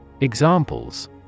Examples